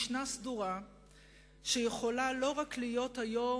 משנה סדורה שיכולה לא רק להיות היום,